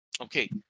okay